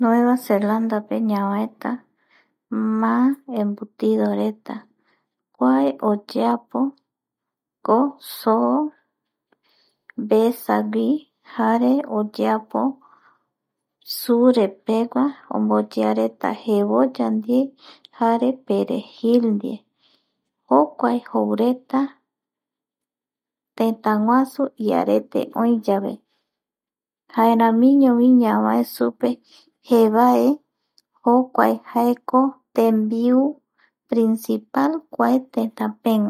Nueva zelandape ñavaeta má embutidoreta kua oyeapoko so vesagui jare oyeapo surepegua omboyeareta jevoya ndie jareperejil jokua joureta tëtäguasu iarete oïyave jaeramiñovi ñave supe jevae jaeko tembiu principal tëtapegua